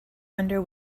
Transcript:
under